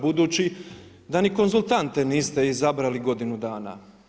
Budući da ni konzultante niste izabrali godinu dana.